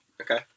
Okay